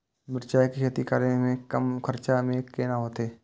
मिरचाय के खेती करे में कम खर्चा में केना होते?